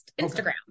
Instagram